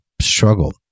struggle